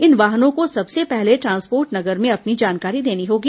इन वाहनों को सबसे पहले ट्रान्सपोर्ट नगर में अपनी जानकारी देनी होगी